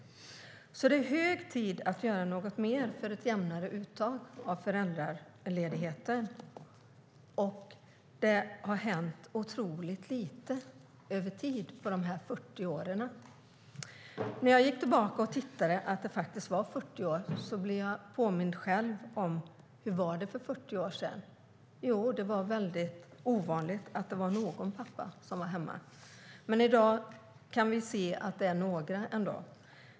Det är därför hög tid att göra något mer för ett jämnare uttag av föräldraledighet. Men det har hänt otroligt lite över tid på dessa 40 år. När jag tittade tillbaka på dessa 40 år blev jag påmind om hur det var för 40 år sedan. Då var det väldigt ovanligt att det var någon pappa som var hemma. Men i dag kan vi se att det ändå är några.